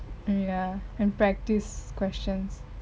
ya and practice questions